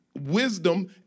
wisdom